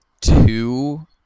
two